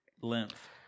Length